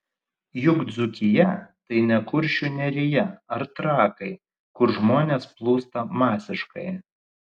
juk dzūkija tai ne kuršių nerija ar trakai kur žmonės plūsta masiškai